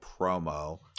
promo